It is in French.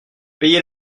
payez